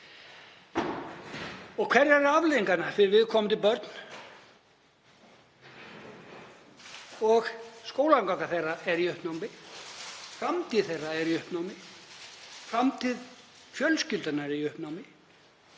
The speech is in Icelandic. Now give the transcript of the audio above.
Og hverjar eru afleiðingarnar fyrir viðkomandi börn? Skólaganga þeirra er í uppnámi, framtíð þeirra er í uppnámi, framtíð fjölskyldunnar er í uppnámi.